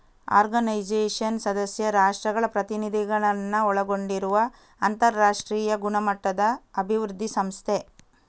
organisation ಸದಸ್ಯ ರಾಷ್ಟ್ರಗಳ ಪ್ರತಿನಿಧಿಗಳನ್ನ ಒಳಗೊಂಡಿರುವ ಅಂತರಾಷ್ಟ್ರೀಯ ಗುಣಮಟ್ಟದ ಅಭಿವೃದ್ಧಿ ಸಂಸ್ಥೆ